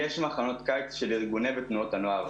יש מחנות קיץ של ארגונים ותנועות הנוער.